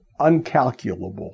uncalculable